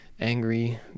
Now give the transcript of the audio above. Angry